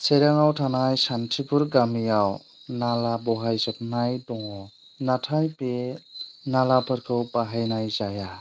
चिरांआव थानाय सान्थिपुर गामियाव नाला बहायजोबनाय दङ नाथाय बे नालाफोरखौ बाहायनाय जाया